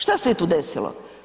Što se je tu desilo?